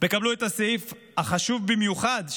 תקבלו את הסעיף החשוב במיוחד,